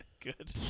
good